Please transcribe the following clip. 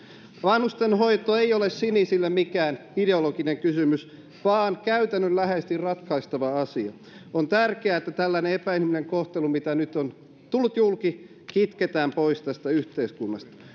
vanhustenhoito ei ole sinisille mikään ideologinen kysymys vaan käytännönläheisesti ratkaistava asia on tärkeää että tällainen epäinhimillinen kohtelu mitä nyt on tullut julki kitketään pois tästä yhteiskunnasta